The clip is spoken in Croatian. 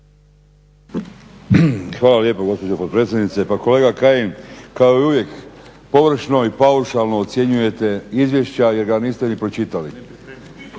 Hvala lijepo gospođo potpredsjednice. Pa kolega Kajin, kao i uvijek, površno i paušalno ocjenjujete izvješća jer ga niste ni pročitali.